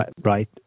right